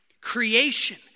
creation